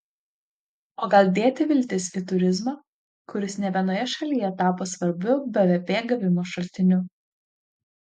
o gal dėti viltis į turizmą kuris ne vienoje šalyje tapo svarbiu bvp gavimo šaltiniu